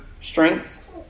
strength